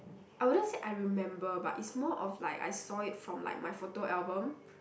I wouldn't say I remember but it's more of like I saw it from like my photo album